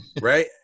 Right